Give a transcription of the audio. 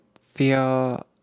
feel